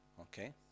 okay